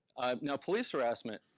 now, police harassment,